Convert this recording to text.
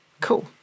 cool